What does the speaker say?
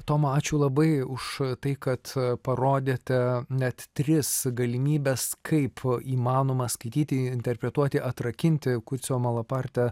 toma ačiū labai už tai kad parodėte net tris galimybes kaip įmanoma skaityti interpretuoti atrakinti kurcio malaparte